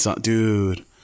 Dude